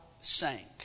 sank